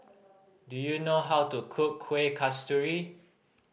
do you know how to cook Kuih Kasturi